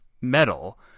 metal